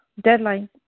deadline